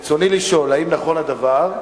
רצוני לשאול: האם נכון הדבר?